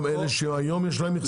גם אלה שיש להם היום מכסה?